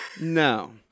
No